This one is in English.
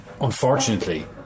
Unfortunately